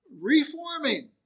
reforming